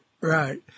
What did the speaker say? right